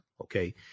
Okay